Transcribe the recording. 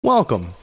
Welcome